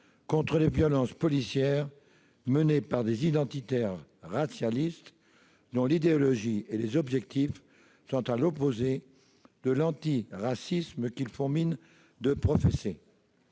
contre les violences policières menée par des identitaires racialistes, dont l'idéologie et les objectifs sont à l'opposé de l'antiracisme qu'ils font mine de professer.